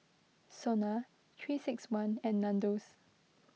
Sona three six one and Nandos